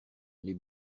les